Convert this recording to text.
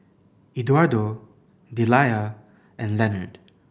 Eduardo Deliah and Leonard